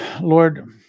Lord